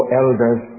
elders